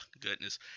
goodness